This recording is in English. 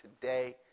today